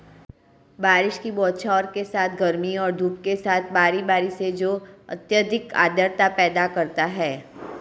बारिश की बौछारों के साथ गर्मी और धूप के साथ बारी बारी से जो अत्यधिक आर्द्रता पैदा करता है